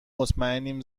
مطمئنیم